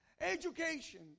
Education